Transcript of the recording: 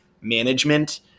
management